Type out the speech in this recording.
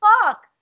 fuck